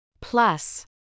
Plus